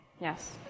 yes